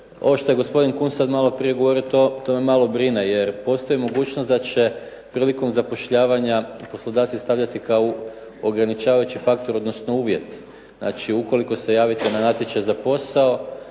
ovo što je gospodin Kunst sad maloprije govorio to me malo brine, jer postoji mogućnost da će prilikom zapošljavanja poslodavci stavljati kao ograničavajući faktor, odnosno uvjet. Znači ukoliko se javite na natječaj za posao